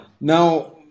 Now